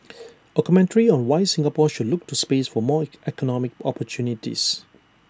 A commentary on why Singapore should look to space for more economic opportunities